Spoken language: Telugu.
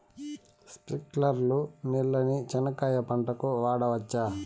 స్ప్రింక్లర్లు నీళ్ళని చెనక్కాయ పంట కు వాడవచ్చా?